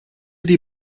die